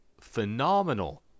phenomenal